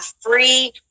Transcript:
free